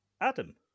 Adam